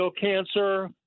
cancer